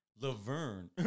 Laverne